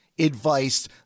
advice